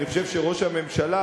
אני חושב שראש הממשלה,